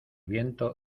viento